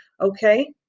okay